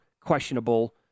questionable